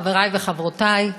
חברי וחברותי,